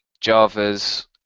Java's